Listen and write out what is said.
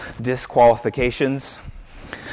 disqualifications